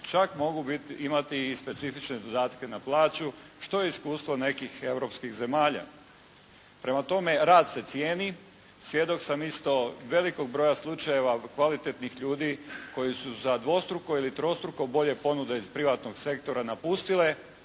čak mogu imati i specifične dodatke na plaću što je iskustvo nekih europskih zemalja. Prema tome rad se cijeni. Svjedok sam isto velikog broja slučajeva kvalitetnih ljudi koji su za dvostruko ili trostruko bolje ponude iz privatnog sektora napustili